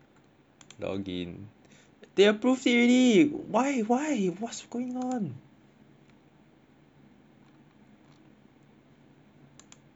they approved it already why why what's going on